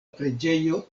preĝejo